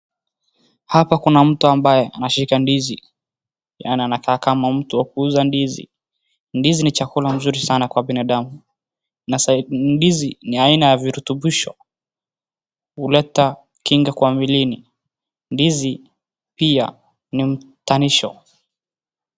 Hapa kuna mtu ambaye anashika ndizi, yani anakaa kama mtu wa kuuza ndizi, ndizi ni chakula mzuri sana kwa binadamu, ndizi ni aina ya virutubisho, huleta kinga kwa mwilini, ndizi pia ni mtanisho.